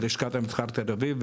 בלשכת המסחר תל אביב,